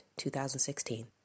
2016